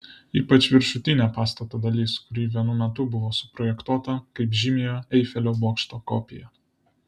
ypač viršutinė pastato dalis kuri vienu metu buvo suprojektuota kaip žymiojo eifelio bokšto kopija